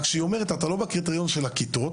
רק שהיא אומרת: אתה לא בקריטריון של הכיתות,